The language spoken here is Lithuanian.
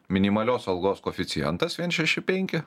minimalios algos koeficientas viens šeši penki